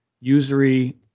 usury